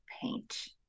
paint